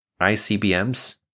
ICBMs